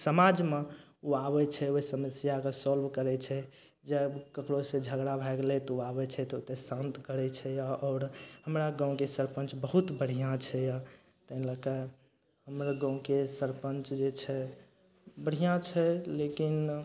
समाजमे उ आबय छै ओइ समस्याके सॉल्व करय छै जब ककरोसँ झगड़ा भए गेलय तऽ उ आबय छै तऽ ओइके शान्त करय छै आओर आओर हमरा गाँवके सरपञ्च बहुत बढ़िआँ छै यऽ अइ लऽ कऽ हमर गाँवके सरपञ्च जे छै बढ़िआँ छै लेकिन